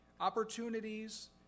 Opportunities